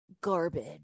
garbage